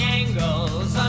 angles